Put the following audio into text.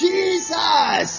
Jesus